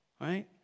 Right